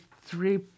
three